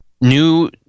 New